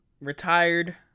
retired